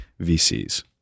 VCs